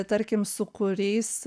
tarkim su kuriais